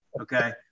Okay